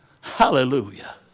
Hallelujah